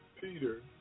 Peter